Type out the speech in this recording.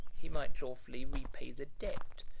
he might lawfully repay the debt,